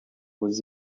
was